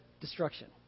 destruction